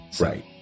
Right